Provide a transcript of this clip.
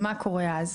מה קורה אז?